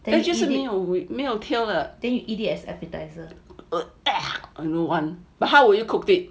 but how will you cooked it